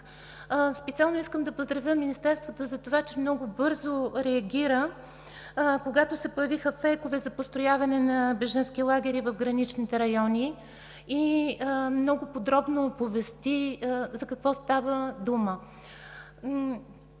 Специално искам да поздравя Министерството, че много бързо реагира, когато се появиха фейкове за построяване на бежански лагери в граничните райони и много подробно оповести за какво става дума.